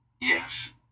Yes